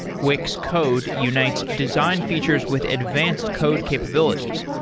wix code unites design features with advanced code capabilities,